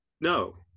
No